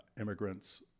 immigrants